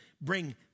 bring